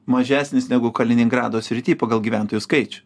mažesnis negu kaliningrado sritį pagal gyventojų skaičių